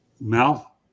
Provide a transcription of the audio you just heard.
Mel